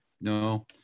No